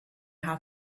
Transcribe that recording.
how